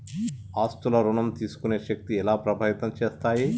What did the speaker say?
ఆస్తుల ఋణం తీసుకునే శక్తి ఎలా ప్రభావితం చేస్తాయి?